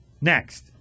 Next